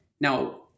Now